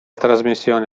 trasmissione